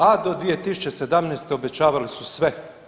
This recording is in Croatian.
A do 2017. obećavali su sve.